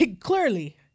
Clearly